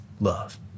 love